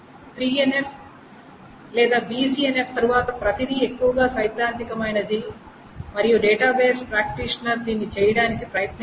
3NF లేదా BCNF తరువాత ప్రతిదీ ఎక్కువగా సైద్ధాంతికమైనది మరియు డేటాబేస్ ప్రాక్టీషనర్ దీన్ని చేయడానికి ప్రయత్నించరు